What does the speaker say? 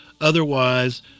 Otherwise